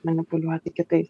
manipuliuoti kitais